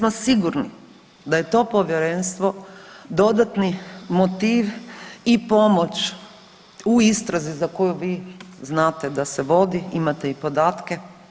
Mi smo sigurni da je to Povjerenstvo dodatni motiv i pomoć u istrazi za koju vi znate da se vodi, imate i podatke.